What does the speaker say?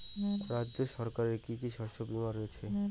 রাজ্য সরকারের কি কি শস্য বিমা রয়েছে?